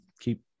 keep